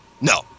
No